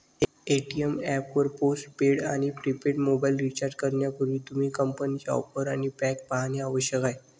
Paytm app वर post paid आणि prepaid mobile recharge करण्यापूर्वी, तुम्ही कंपनीच्या ऑफर आणि पॅक पाहणे आवश्यक आहे